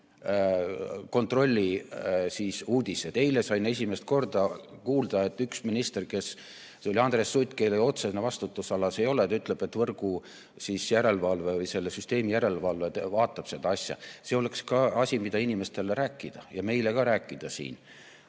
Eile sain esimest korda kuulda, et üks minister – see oli Andres Sutt, kelle otsene vastutusala see ei ole – ütles, et võrgu järelevalve või selle süsteemi järelevalve vaatab seda asja. See oleks ka asi, mida inimestele rääkida ja meilegi siin